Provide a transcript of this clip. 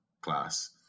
class